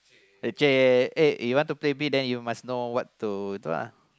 the chair eh you want to play big then you must know what to lah